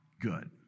good